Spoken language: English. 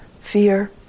fear